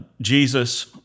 Jesus